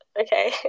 okay